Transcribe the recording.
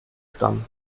stamm